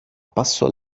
passo